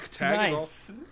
Nice